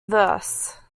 verse